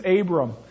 Abram